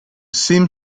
seem